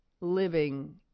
living